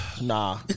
Nah